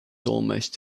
almost